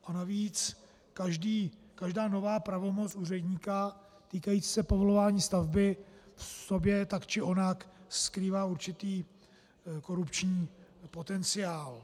A navíc každá nová pravomoc úředníka týkající se povolování stavby v sobě tak či onak skrývá určitý korupční potenciál.